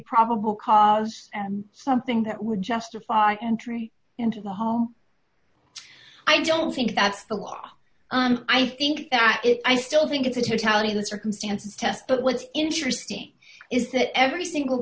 probable cause and something that would justify entry into the hall i don't think that's the law i think that it i still think it's a totality let circumstances test but what's interesting is that every single